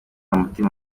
mutima